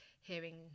hearing